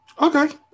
okay